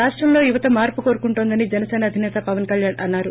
రాష్టంలో యువత మార్పు కోరుకుంటోందని జనసీన అధినేత పవన్ కల్యాణ్ అన్నారు